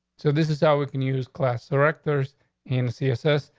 so this is how we can use class directors in css,